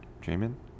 dreaming